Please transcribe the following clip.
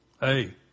Hey